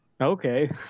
Okay